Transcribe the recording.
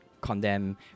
condemn